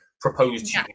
proposed